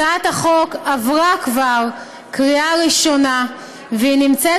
הצעת החוק עברה כבר קריאה ראשונה והיא נמצאת